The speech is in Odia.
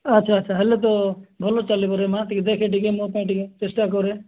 ଆଚ୍ଛା ଆଚ୍ଛା ହେଲେ ତ ଭଲ ଚାଲିବରେ ମାଆ ଟିକେ ଦେଖେ ଟିକେ ମୋ ପାଇଁ ଟିକେ ଚେଷ୍ଟା କରେ